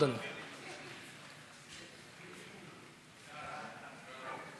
ההצעה להעביר את הצעת חוק הביטוח הלאומי (תיקון,